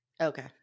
Okay